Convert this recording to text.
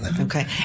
Okay